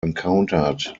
encountered